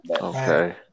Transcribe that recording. Okay